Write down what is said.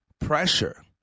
pressure